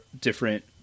different